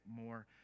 more